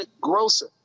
grocer